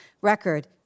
record